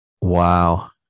Wow